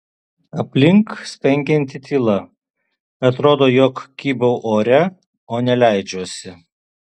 aplink spengianti tyla atrodo jog kybau ore o ne leidžiuosi